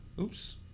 Oops